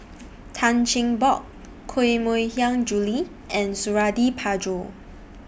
Tan Cheng Bock Koh Mui Hiang Julie and Suradi Parjo